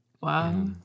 wow